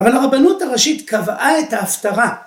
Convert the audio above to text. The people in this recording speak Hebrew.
אבל הרבנות הראשית קבעה את ההפטרה.